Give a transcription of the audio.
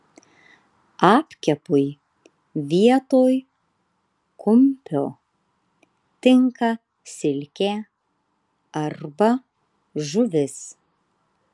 apkepui vietoj kumpio tinka silkė arba žuvis